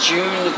June